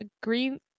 green